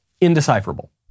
indecipherable